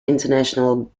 international